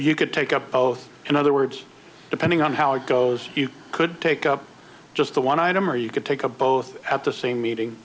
you could take up both in other words depending on how it goes you could take up just the one item or you could take a both at the same meeting